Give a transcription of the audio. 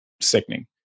sickening